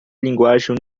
linguagem